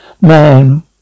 man